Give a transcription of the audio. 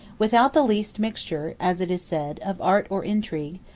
without the least mixture, as it is said, of art or intrigue,